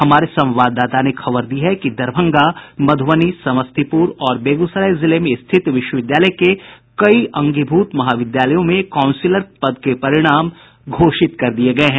हमारे संवाददाता ने खबर दी है कि दरभंगा मध्रबनी समस्तीपुर और बेगूसराय जिले में स्थित विश्वविद्यालय के कई अंगीभूत महाविद्यालयों में काउंसिलर पद के परिणाम घोषित कर दिये गये हैं